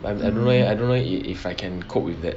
but I don't know leh I don't know if if I can cope with that